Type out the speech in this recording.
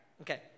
Okay